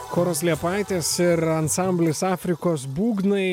choras liepaitės ir ansamblis afrikos būgnai